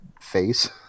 face